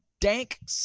dank